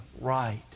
right